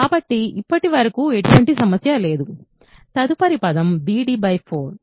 కాబట్టి ఇప్పటివరకు ఎటువంటి సమస్య లేదు తదుపరి పదం bd 4